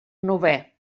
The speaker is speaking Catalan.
novè